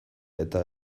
eta